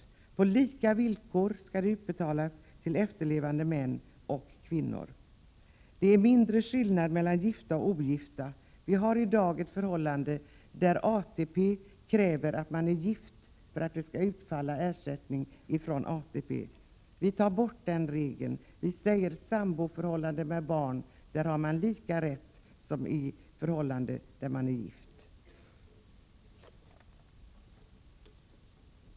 Pension på lika villkor skall utbetalas till efterlevande man och kvinna. Det är mindre skillnad mellan gifta och ogifta än tidigare. Vi har i dag det förhållandet att det enligt reglernai ATP-systemet krävs att man är gift för att ersättning skall utfalla från ATP. Vi tar bort den regeln. I ett samboförhållande med barn har man lika rätt till efterlevandepension som i ett förhållande där man är gift.